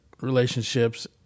relationships